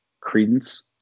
credence